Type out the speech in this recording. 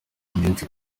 munsi